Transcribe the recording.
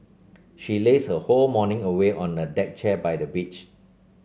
she lazed her whole morning away on a deck chair by the beach